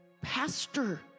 Pastor